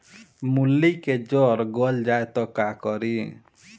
मूली के जर गल जाए त का करी?